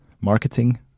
marketing